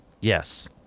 Yes